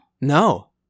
No